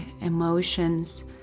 emotions